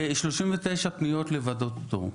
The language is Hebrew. ו-39 פניות לוועדות פטור.